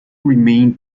remained